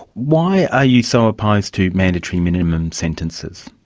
why are you so opposed to mandatory minimum sentences?